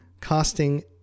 costing